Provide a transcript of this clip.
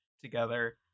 together